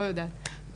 לא יודעת,